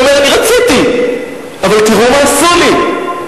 הוא אומר: אני רציתי, אבל תראו מה עשו לי.